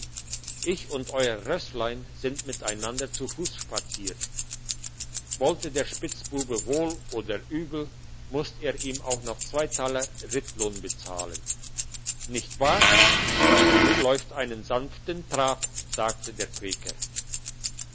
ich und euer rösslein sind miteinander zu fuss spaziert wollte der spitzbube wohl oder übel musst er ihm auch noch zwei taler rittlohn bezahlen nicht wahr das tierlein lauft einen sanften trab sagte der quäker